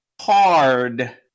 hard